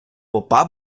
попа